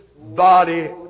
body